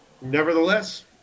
Nevertheless